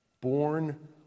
born